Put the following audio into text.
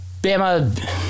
Bama